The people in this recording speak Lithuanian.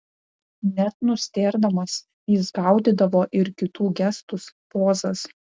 net nustėrdamas jis gaudydavo ir kitų gestus pozas